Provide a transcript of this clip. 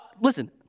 Listen